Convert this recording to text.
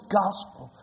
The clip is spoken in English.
gospel